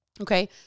Okay